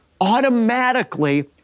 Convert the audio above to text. automatically